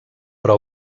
però